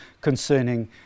concerning